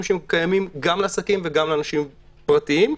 שקיימים גם לעסקים וגם לאנשים פרטיים.